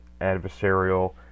adversarial